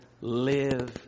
live